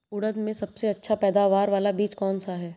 उड़द में सबसे अच्छा पैदावार वाला बीज कौन सा है?